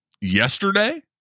yesterday